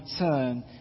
return